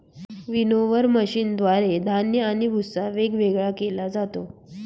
winnower मशीनद्वारे धान्य आणि भुस्सा वेगवेगळा केला जातो